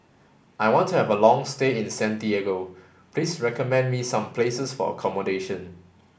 I want to have a long stay in Santiago please recommend me some places for accommodation